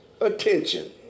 attention